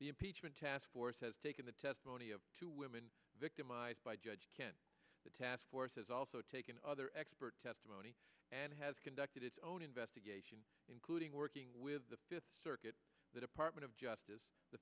the impeachment task force has taken the testimony of two women victimized by judge can the task force has also taken other expert testimony and has conducted its own investigation including working with the fifth circuit the department of just